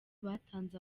batanze